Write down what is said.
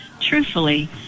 truthfully